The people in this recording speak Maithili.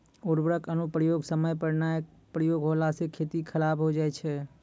उर्वरक अनुप्रयोग समय पर नाय प्रयोग होला से खेती खराब हो जाय छै